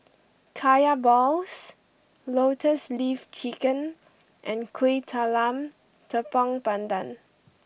Kaya Balls Lotus Leaf Chicken and Kuih Talam Tepong Pandan